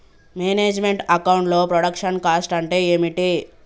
Manage meant account లో production cost అంటే ఏమిటి?